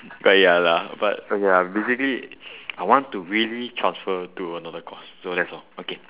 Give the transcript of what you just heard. but ya lah but oh ya basically I want to really transfer to another course so that's all okay